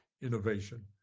innovation